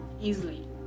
easily